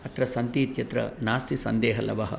अत्र सन्तीत्यत्र नास्ति सन्देहलवः